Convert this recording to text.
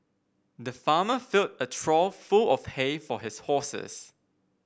the farmer filled a trough full of hay for his horses